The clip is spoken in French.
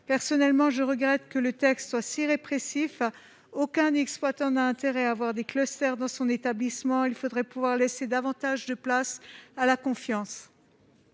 Personnellement, je regrette que ce texte soit si répressif. Aucun exploitant n'a intérêt à avoir un cluster dans son établissement. Il faudrait pouvoir laisser davantage de place à la confiance.